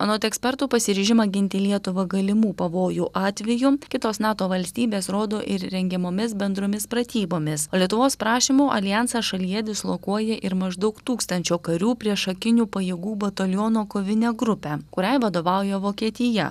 anot ekspertų pasiryžimą ginti lietuvą galimų pavojų atveju kitos nato valstybės rodo ir rengiamomis bendromis pratybomis o lietuvos prašymu aljansas šalyje dislokuoja ir maždaug tūkstančio karių priešakinių pajėgų bataliono kovinę grupę kuriai vadovauja vokietija